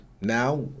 now